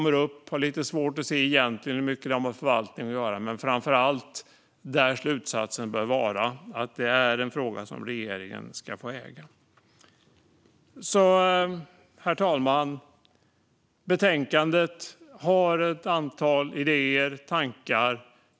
Men jag har lite svårt att se hur mycket det egentligen har med förvaltning att göra. Framför allt bör slutsatsen vara att det är en fråga som regeringen ska få äga. Herr talman! Betänkandet innehåller ett antal idéer och tankar.